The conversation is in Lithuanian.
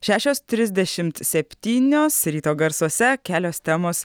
šešios trisdešimt septynios ryto garsuose kelios temos